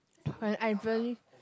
when I really